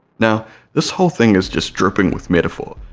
now this whole thing is just dripping with metaphor,